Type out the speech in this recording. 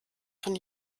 von